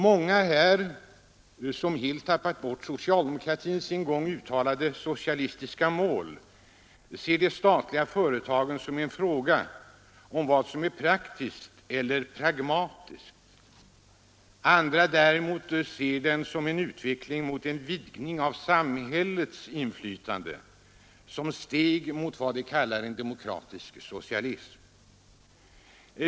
Många här, som helt tappat bort socialdemokratins en gång uttalade socialistiska mål, ser de statliga företagen som en fråga om vad som är praktiskt eller ”pragmatiskt”. Andra däremot ser dem som en utveckling mot en vidgning av ”samhällets” inflytande, som steg mot vad de kallar demokratisk socialism.